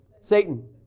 Satan